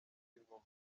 kivumu